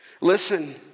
Listen